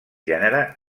gènere